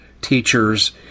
teachers